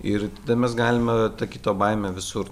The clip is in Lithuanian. ir tada mes galime tą kito baimę visur